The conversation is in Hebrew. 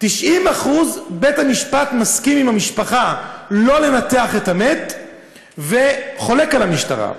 ב-90% בית-המשפט מסכים עם המשפחה שלא לנתח את המת וחולק על המשטרה.